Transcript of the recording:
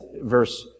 verse